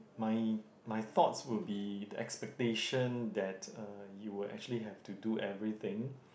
my my thoughts will be the expectation that uh you will actually have to do everything